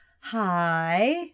hi